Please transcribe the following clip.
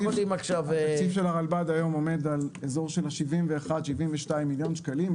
התקציב של הרלב"ד עומד היום על אזור של 72-71 מיליון שקלים,